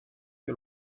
que